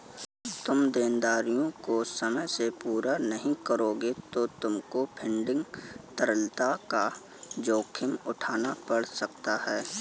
तुम देनदारियों को समय से पूरा नहीं करोगे तो तुमको फंडिंग तरलता का जोखिम उठाना पड़ सकता है